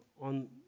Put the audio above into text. on